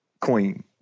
queen